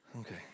Okay